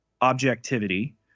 objectivity